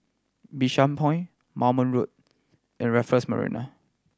Bishan Point Moulmein Road and Raffles Marina